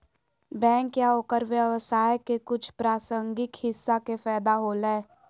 bank या ओकर व्यवसाय के कुछ प्रासंगिक हिस्सा के फैदा होलय